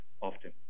often